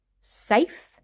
safe